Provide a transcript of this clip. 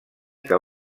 que